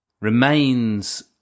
remains